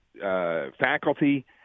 faculty